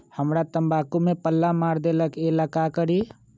हमरा तंबाकू में पल्ला मार देलक ये ला का करी?